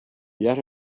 yet